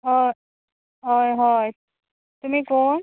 हय हय हय तुमी कोण